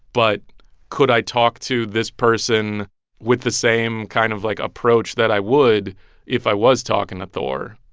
but could i talk to this person with the same kind of, like, approach that i would if i was talking to thor?